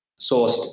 sourced